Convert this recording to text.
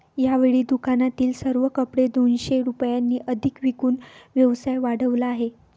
यावेळी दुकानातील सर्व कपडे दोनशे रुपयांनी अधिक विकून व्यवसाय वाढवला आहे